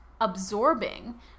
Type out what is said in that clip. absorbing